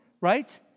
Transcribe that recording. right